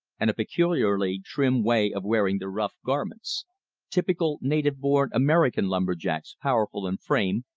and a peculiarly trim way of wearing their rough garments typical native-born american lumber-jacks powerful in frame,